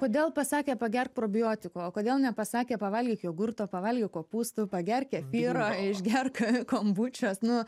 kodėl pasakė pagerk probiotikų o kodėl nepasakė pavalgyk jogurto pavalgyk kopūstų pagerk kefyro išgerk kombučios nu